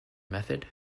method